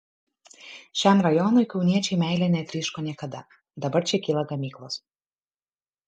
šiam rajonui kauniečiai meile netryško niekada dabar čia kyla gamyklos